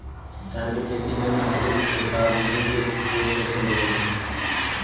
धान के खेती के खातीर छिड़काव विधी के प्रयोग कइसन रही?